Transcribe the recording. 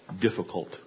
difficult